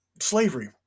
slavery